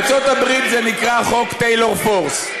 למשפחות, בארצות הברית זה נקרא: חוק טיילור פורס.